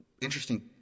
interesting